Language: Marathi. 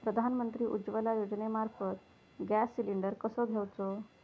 प्रधानमंत्री उज्वला योजनेमार्फत गॅस सिलिंडर कसो घेऊचो?